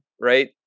right